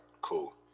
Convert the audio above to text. cool